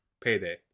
payday